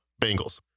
Bengals